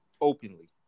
openly